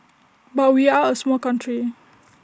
but we are A small country